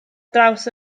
draws